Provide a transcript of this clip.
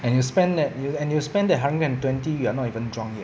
and you spend that you and you spend that hundred and twenty you are not even drunk yet